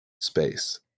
space